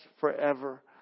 forever